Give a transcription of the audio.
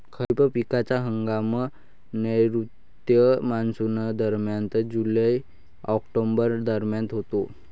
खरीप पिकांचा हंगाम नैऋत्य मॉन्सूनदरम्यान जुलै ऑक्टोबर दरम्यान होतो